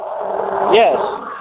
yes